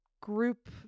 group